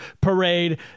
parade